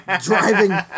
driving